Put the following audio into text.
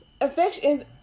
Affection